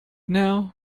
now